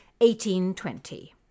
1820